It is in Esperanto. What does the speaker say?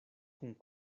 kun